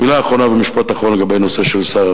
מלה אחרונה ומשפט אחרון לגבי הנושא של שר